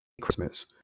Christmas